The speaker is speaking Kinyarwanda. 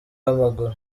w’amaguru